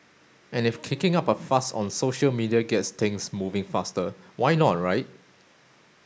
and if kicking up a fuss on social media gets things moving faster why not right